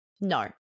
No